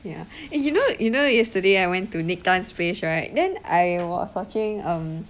ya you know you know yesterday I went to nick tan place right then I was watching um